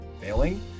failing